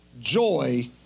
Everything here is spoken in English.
joy